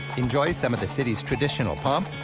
enjoy some of the city's traditional pomp.